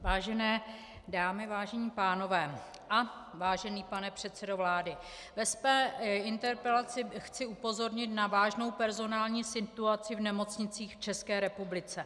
Vážené dámy, vážení pánové a vážený pane předsedo vlády, ve své interpelaci chci upozornit na vážnou personální situaci v nemocnicích v České republice.